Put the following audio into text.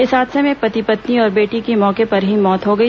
इस हादसे में पति पत्नी और बेटी की मौके पर ही मौत हो गई